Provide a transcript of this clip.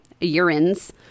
urines